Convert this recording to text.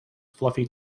fluffy